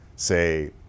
say